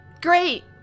Great